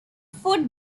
food